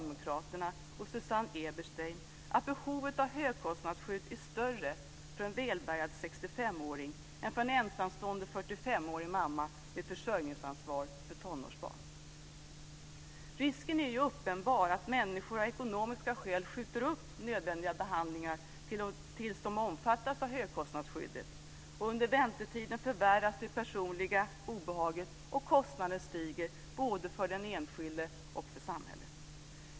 Eberstein att behovet av högkostnadsskydd är större för en välbärgad 65-åring än för en ensamstående 45 Risken är ju uppenbar att människor av ekonomiska skäl skjuter upp nödvändiga behandlingar tills de omfattas av högkostnadsskyddet. Under väntetiden förvärras det personliga obehaget, och kostnaderna stiger både för den enskilde och för samhället.